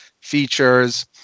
features